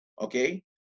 Okay